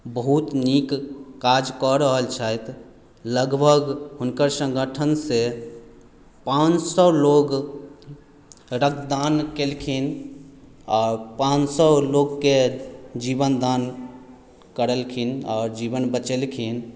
बहुत नीक काज कऽ रहल छथि लगभग हुनकर सङ्गठनसँ पाँच सए लोक रक्तदान केलखिन आओर पाँच सए लोककेँ जीवनदान कयलखिन आओर जीवन बचेलखिन